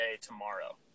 tomorrow